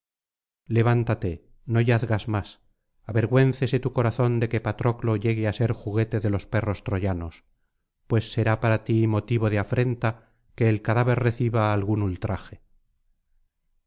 levántate no yazgas más avergüéncese tu corazón de que patroclo llegue á ser juguete de los perros troyanos pues será para ti motivo de afrenta que el cadáver reciba algún ultraje